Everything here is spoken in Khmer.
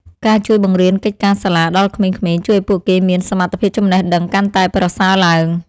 ការជួយបង្រៀនកិច្ចការសាលាដល់ក្មេងៗជួយឱ្យពួកគេមានសមត្ថភាពចំណេះដឹងកាន់តែប្រសើរឡើង។